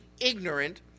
ignorant